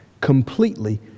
completely